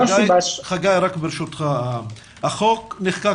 החוק נחקק